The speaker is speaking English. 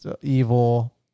evil